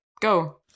Go